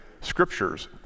scriptures